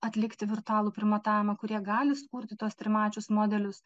atlikti virtualų primatavimą kurie gali sukurti tuos trimačius modelius